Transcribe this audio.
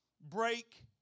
break